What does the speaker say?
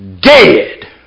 dead